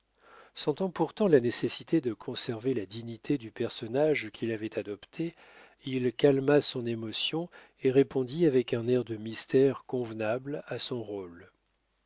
sentant pourtant la nécessité de conserver la dignité du personnage qu'il avait adopté il calma son émotion et répondit avec un air de mystère convenable à son rôle